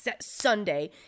Sunday